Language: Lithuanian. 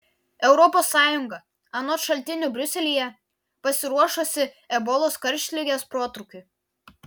europos sąjunga anot šaltinių briuselyje pasiruošusi ebolos karštligės protrūkiui